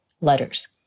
letters